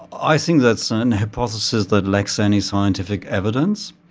i think that's an hypothesis that lacks any scientific evidence.